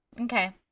Okay